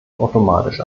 automatisch